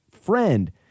friend